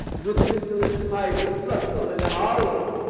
with whistle and pipe, and rustle and hollo.